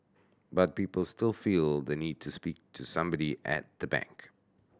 but people still feel the need to speak to somebody at a bank